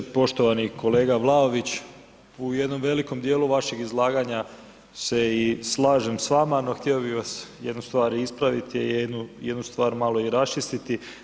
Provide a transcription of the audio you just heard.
Poštovani kolega Vlaović, u jednom velikom dijelu vašeg izlaganja se i slažem s vama, no htio bih vas jednu stvar ispraviti, jednu stvar malo i rasčistiti.